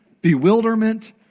bewilderment